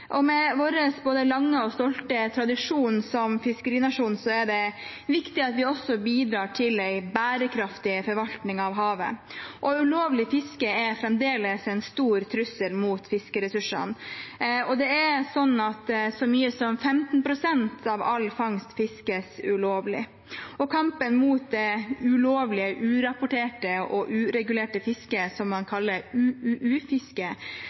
høster, med andre land. Med vår både lange og stolte tradisjon som fiskerinasjon er det viktig at vi også bidrar til en bærekraftig forvaltning av havet, og ulovlig fiske er fremdeles en stor trussel mot fiskeressursene. Så mye som 15 pst. av all fangst fiskes ulovlig, og kampen mot det ulovlige, urapporterte og uregulerte fisket som man